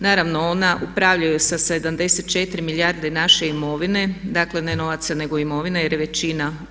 Naravno, ona upravljaju sa 74 milijarde naše imovine, dakle ne novaca nego imovine jer je većina u